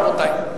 רבותי?